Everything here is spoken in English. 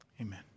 Amen